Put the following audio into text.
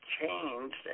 changed